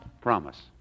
Promise